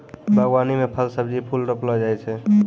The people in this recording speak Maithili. बागवानी मे फल, सब्जी, फूल रौपलो जाय छै